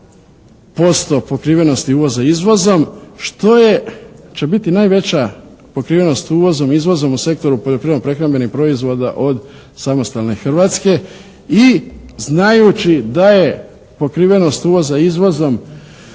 63% pokrivenosti uvoza izvozom, što je, će biti najveća pokrivenost uvozom izvozom u sektoru poljoprivredno-prehrambenih proizvoda od samostalne Hrvatske. I znajući da je pokrivenost uvoza izvozom